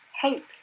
hope